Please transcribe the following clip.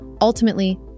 Ultimately